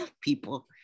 people